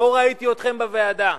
לא ראיתי אתכם בוועדה.